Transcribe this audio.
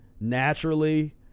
naturally